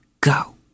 Go